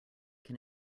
can